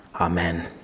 amen